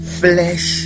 flesh